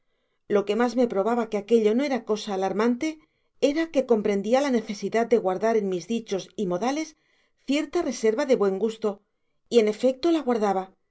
lo que más me probaba que aquello no era cosa alarmante era que comprendía la necesidad de guardar en mis dichos y modales cierta reserva de buen gusto y en efecto la guardaba